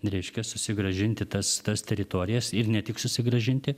reiškia susigrąžinti tas tas teritorijas ir ne tik susigrąžinti